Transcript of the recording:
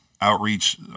outreach